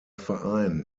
verein